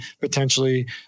potentially